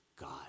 God